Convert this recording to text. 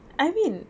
I mean